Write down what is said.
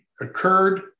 occurred